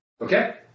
Okay